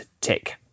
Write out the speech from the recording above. tick